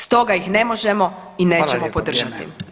Stoga ih ne možemo i nećemo podržati.